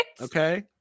Okay